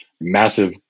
massive